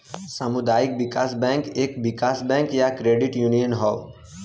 सामुदायिक विकास बैंक एक विकास बैंक या क्रेडिट यूनियन हौ